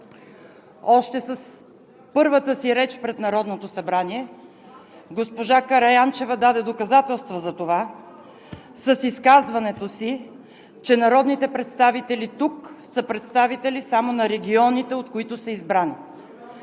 Още с първата си реч пред Народното събрание госпожа Караянчева даде доказателства за това с изказването си, че народните представители тук са представители само на регионите, от които са избрани.